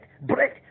break